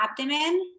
abdomen